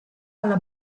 alla